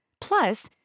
Plus